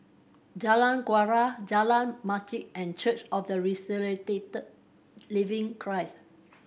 Jalan Kuala Jalan Masjid and Church of the Resurrected Living Christ